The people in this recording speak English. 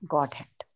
Godhead